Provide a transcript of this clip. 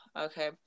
Okay